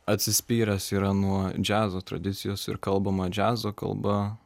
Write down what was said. atsispyręs yra nuo džiazo tradicijos ir kalbama džiazo kalba